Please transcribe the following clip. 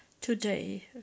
today